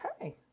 Okay